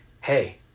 hey